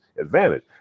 advantage